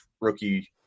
rookie